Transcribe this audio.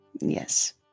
Yes